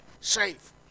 safe